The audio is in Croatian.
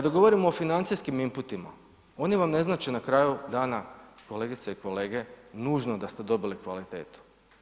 Kada govorimo o financijskim inputima, oni vam ne znače na kraju dana, kolegice i kolege, nužno da ste dobili kvalitetu.